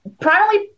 Primarily